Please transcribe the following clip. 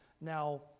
Now